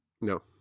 No